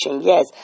Yes